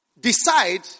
decide